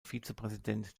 vizepräsident